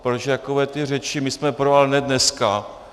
Proč takové ty řeči: my jsme pro, ale ne dneska.